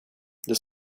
det